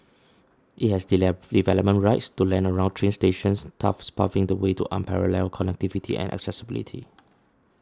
it has develop development rights to land around train stations thus paving the way to unparalleled connectivity and accessibility